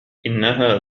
انها